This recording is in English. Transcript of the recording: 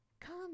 come